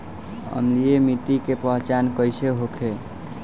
अम्लीय मिट्टी के पहचान कइसे होखे?